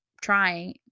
trying